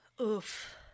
Oof